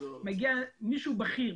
מגיע מישהו בכיר,